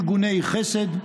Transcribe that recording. ארגוני חסד,